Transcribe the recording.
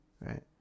Right